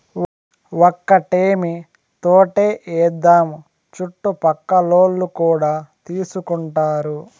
ఒక్కటేమీ తోటే ఏద్దాము చుట్టుపక్కలోల్లు కూడా తీసుకుంటారు